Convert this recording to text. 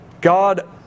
God